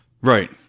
Right